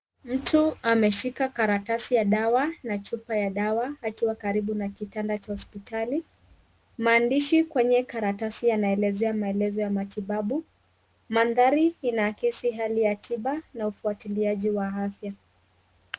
Mtu ameshika karatasi ya dawa na chupa ya dawa akiwa karibu na kitanda cha hospitali. Maandishi kwenye karatasi yanaelezea maelezo ya matibabu. Mandhari inaakisi hali ya tiba na ufuatiliaji wa afya.